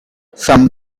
some